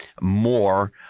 more